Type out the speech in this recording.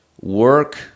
work